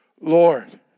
Lord